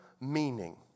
meaning